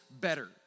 better